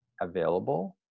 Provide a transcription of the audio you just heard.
available